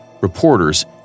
reporters